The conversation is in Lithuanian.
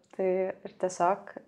tai ir tiesiog